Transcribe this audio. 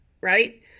right